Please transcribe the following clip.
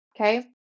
Okay